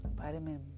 vitamin